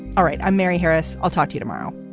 all right. i'm mary harris. i'll talk to tomorrow